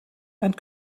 and